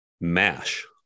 mash